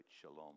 shalom